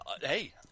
Hey